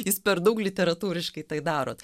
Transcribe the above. jūs per daug literatūriškai tai darot